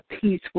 peace